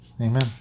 amen